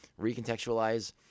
recontextualize